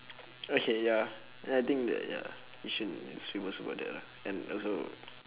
okay ya then I think that ya yishun is famous about that lah and also